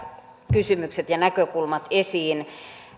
kysymykset ja näkökulmat esiin